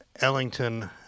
Ellington